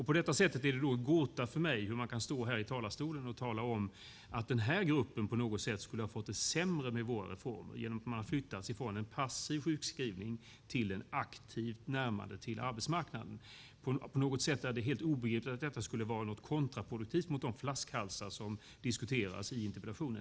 På så sätt är det en gåta för mig att man kan stå här i talarstolen och tala om att den här gruppen på något sätt skulle ha fått det sämre genom våra reformer, alltså genom att man flyttats från en passiv sjukskrivning till ett aktivt närmande till arbetsmarknaden. På något sätt är det helt obegripligt att detta skulle vara kontraproduktivt med tanke på de flaskhalsar som tas upp i interpellationen.